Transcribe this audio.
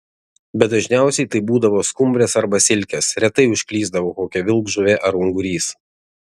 bet dažniausiai tai būdavo skumbrės arba silkės retai užklysdavo kokia vilkžuvė ar ungurys